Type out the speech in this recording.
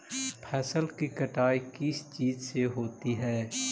फसल की कटाई किस चीज से होती है?